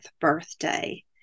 birthday